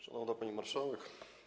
Szanowna Pani Marszałek!